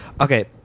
Okay